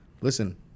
listen